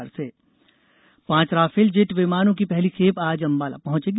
Rafale पांच Rafale jet विमानों की पहली खेप आज अंबाला पहंचेगी